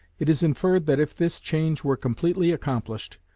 it is inferred that if this change were completely accomplished,